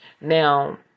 Now